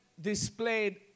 displayed